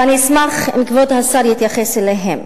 ואני אשמח אם כבוד השר יתייחס אליהן.